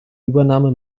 übernahme